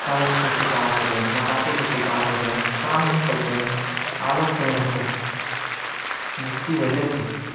fat के शिकार हो गए मोटापे के शिकार हो गए काम नहीं करते हैं आलस में रहते हैं जिसकी वजह से